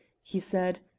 he said.